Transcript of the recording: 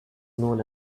known